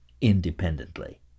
independently